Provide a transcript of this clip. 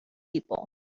people